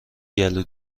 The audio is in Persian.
گلو